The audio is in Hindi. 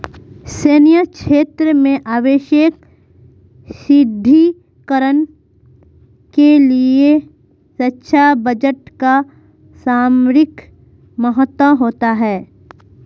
सैन्य क्षेत्र में आवश्यक सुदृढ़ीकरण के लिए रक्षा बजट का सामरिक महत्व होता है